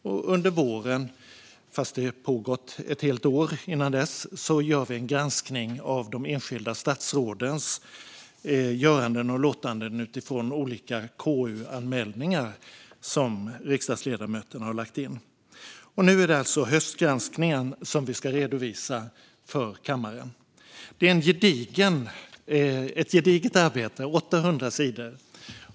Och under våren - fast det har pågått ett helt år innan dess - gör vi en granskning av de enskilda statsrådens göranden och låtanden utifrån olika KU-anmälningar som riksdagsledamöterna har lämnat in. Nu är det alltså höstgranskningen som vi ska redovisa för kammaren. Det är ett gediget arbete - 800 sidor.